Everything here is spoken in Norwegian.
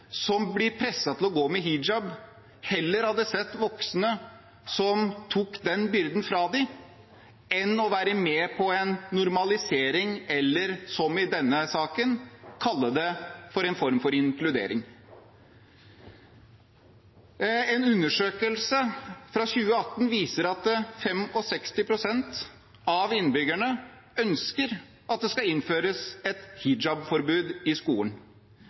som presses til å gå med hijab, heller hadde sett voksne ta den byrden fra dem enn å være med på en normalisering – eller som i denne saken, å kalle det for en form for inkludering. En undersøkelse fra 2018 viser at 65 pst. av innbyggerne ønsker at det skal innføres et hijabforbud i skolen,